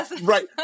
Right